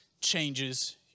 changes